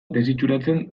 desitxuratzen